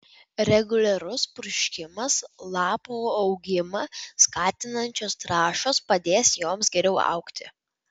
reguliarus purškimas lapų augimą skatinančios trąšos padės joms geriau augti